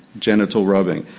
genital rubbing.